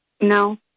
No